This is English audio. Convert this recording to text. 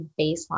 baseline